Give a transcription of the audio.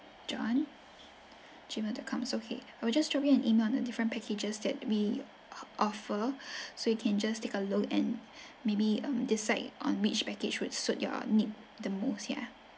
john gmail dot come okay I will just drop you an email on a different packages that we offer so you can just take a look and maybe um decide on which package will suit your need the most ya